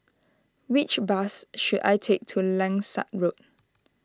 which bus should I take to Langsat Road